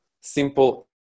simple